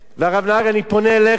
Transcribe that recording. והרב נהרי, אני פונה אליך.